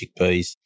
chickpeas